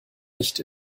nicht